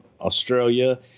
australia